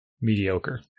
mediocre